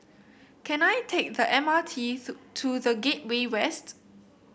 can I take the M R T to The Gateway West